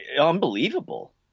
unbelievable